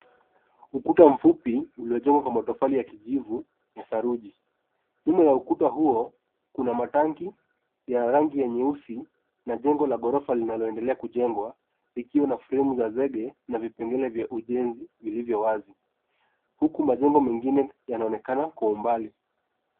Ukuta mfupi uliojengwa kwa matofali ya kijivu ya saruji. Nyuma ya ukuta huo kuna matangi ya rangi ya nyeusi na jengo la ghorofa linaloendelea kujengwa likiwa na fremu za zege na vipengele vya ujenzi vilivyo wazi huku majengo mengine yanaonekana kwa umbali.